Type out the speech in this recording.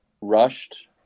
rushed